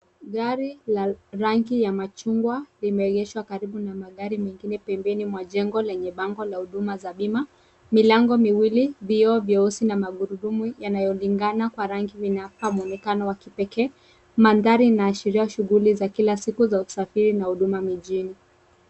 Gari la rangi ya machungwa limeegeshwa karibu na magari mengine pembeni mwa jengo lenye bango la huduma za bima. Milango miwili, vioo vyeusi na magurudumu yanayolingana kwa rangi zinapaa kwa muonekano wa kipekee. Mandhari inaashiria shughuli za kila siku za usafiri na huduma mijini.